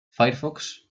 firefox